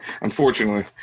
unfortunately